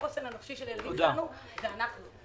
החוסן הנפשי של הילדים שלנו זה אנחנו.